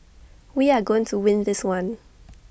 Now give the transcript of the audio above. we are going to win this one